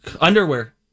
Underwear